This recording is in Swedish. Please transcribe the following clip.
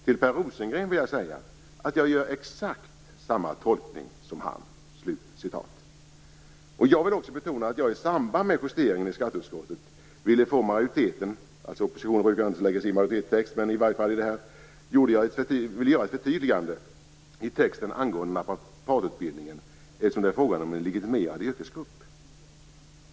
Till Per Rosengren vill jag säga att jag gör exakt samma tolkning som han." Oppositionen brukar ju inte lägga sig i majoritetens text, men jag vill betona att jag i samband med justeringen i skatteutskottet ville få majoriteten att göra ett förtydligande i texten angående naprapatutbildningen, eftersom det är fråga om en legitimerad yrkesgrupp.